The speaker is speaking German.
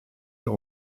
der